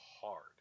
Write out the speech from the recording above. hard